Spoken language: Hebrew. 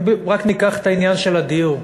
אם רק ניקח את העניין של הדיור,